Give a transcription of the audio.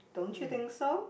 don't you think so